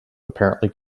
apparently